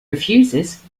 refuses